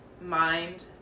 mind